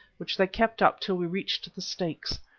which they kept up till we reached the stakes.